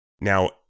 Now